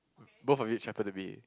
both of you chatted to me